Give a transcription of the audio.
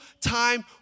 time